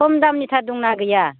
खम दामनिथार दं ना गैया